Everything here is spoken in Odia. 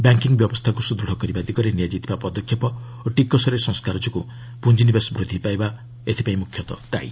ବ୍ୟାଙ୍କିଙ୍ଗ୍ ବ୍ୟବସ୍ଥାକୁ ସୁଦୃଢ଼ କରିବା ଦିଗରେ ନିଆଯାଇଥିବା ପଦକ୍ଷେପ ଓ ଟିକସରେ ସଂସ୍କାର ଯୋଗୁଁ ପୁଞ୍ଜିନିବେଶ ବୃଦ୍ଧି ପାଇବା ଏଥିପାଇଁ ମୁଖ୍ୟତଃ ଦାୟୀ